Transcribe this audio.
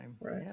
right